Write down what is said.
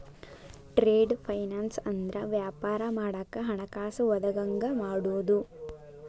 trade finance ಅಂದ್ರ ವ್ಯಾಪಾರ ಮಾಡಾಕ ಹಣಕಾಸ ಒದಗಂಗ ಮಾಡುದು